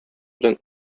белән